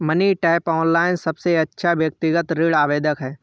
money tap, online सबसे अच्छा व्यक्तिगत ऋण आवेदन है